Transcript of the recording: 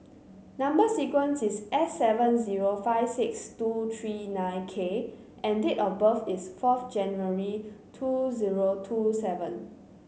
number sequence is S seven zero five six two three nine K and date of birth is fourth January two zero two seven